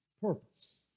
purpose